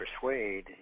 persuade